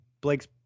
Blake's